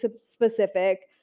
specific